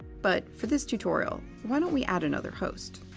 but for this tutorial, why don't we add another host?